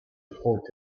report